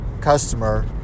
customer